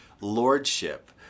lordship